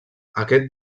aquest